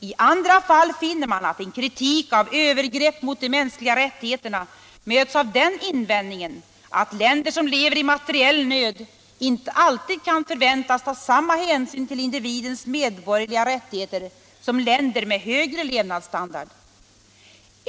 I andra fall finner man att en kritik av övergrepp mot de mänskliga rättigheterna möts av den invändningen att länder som lever i materiell nöd inte alltid kan förväntas ta samma hänsyn till individens medborgerliga rättigheter som länder med högre levnadsstandard.